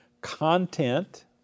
content